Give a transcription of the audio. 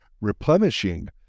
replenishing